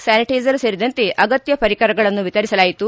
sanitizer ಸೇರಿದಂತೆ ಅಗತ್ಯ ಪರಿಕರಗಳನ್ನು ವಿತರಿಸಲಾಯಿತು